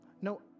No